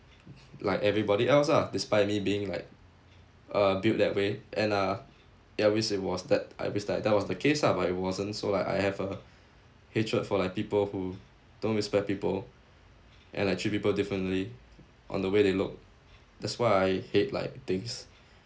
like everybody else lah despite me being like uh build that way and uh ya I wish it was that I wish that that was the case lah but it wasn't so like I have a hatred for like people who don't respect people and like treat people differently on the way they look that's why I hate like things